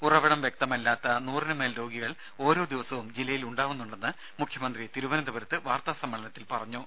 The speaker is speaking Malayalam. ഉറവിടം വ്യക്തമല്ലാത്ത നൂറിനുമേൽ രോഗികൾ ഓരോ ദിവസവും ജില്ലയിൽ ഉണ്ടാവുന്നുണ്ടെന്ന് മുഖ്യമന്ത്രി തിരുവനന്തപുരത്ത് വാർത്താ സമ്മേളനത്തിൽ പറഞ്ഞു